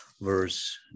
verse